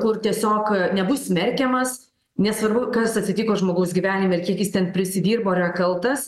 kur tiesiog nebus smerkiamas nesvarbu kas atsitiko žmogaus gyvenime ir kiek jis ten prisidirbo ar yra kaltas